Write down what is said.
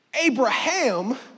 Abraham